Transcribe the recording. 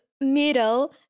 middle